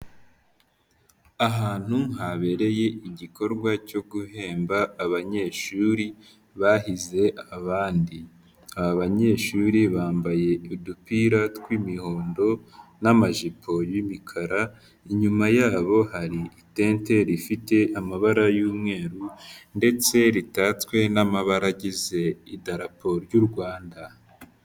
Ahantu habereye igikorwa cyo guhemba abanyeshuri bahize abandi. Aba banyeshuri bambaye udupira tw'imihondo n'amajipo y'imikara. Inyuma yabo hari itente rifite amabara y'umweru ndetse ritatswe n'amabara agize idarapo ry'u Rwanda.